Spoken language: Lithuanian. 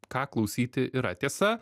ką klausyti yra tiesa